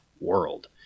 world